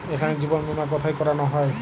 এখানে জীবন বীমা কোথায় করানো হয়?